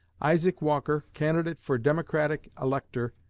isaac walker, candidate for democratic elector,